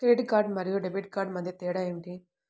Credit card మరియు debit card మధ్య తేడా ఏమిటి?